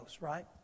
right